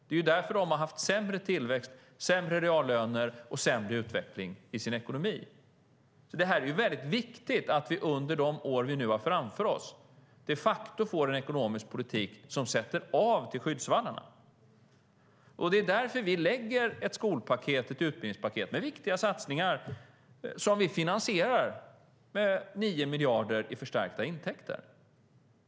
Det är därför de har haft sämre tillväxt, sämre reallöner och sämre utveckling i sin ekonomi. Det är väldigt viktigt att vi under de år vi nu har framför oss de facto får en ekonomisk politik som sätter av till skyddsvallarna. Det är därför vi lägger fram ett skol och utbildningspaket med viktiga satsningar som vi finansierar med 9 miljarder i förstärkta intäkter.